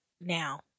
now